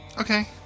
Okay